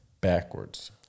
Backwards